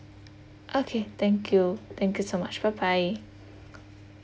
okay thank you thank you so much bye bye